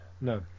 No